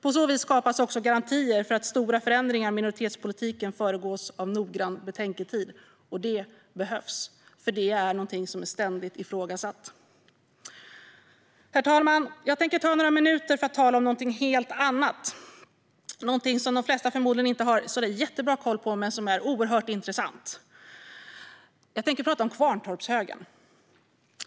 På så vis skapas också garantier för att stora förändringar av minoritetspolitiken föregås av noggrann betänketid. Det behövs, för detta är någonting som är ständigt ifrågasatt. Herr talman! Jag tänker nu ta några minuter för att tala om något helt annat - någonting som de flesta förmodligen inte har så där jättebra koll på men som är oerhört intressant. Jag tänker tala om Kvarntorpshögen.